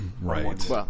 Right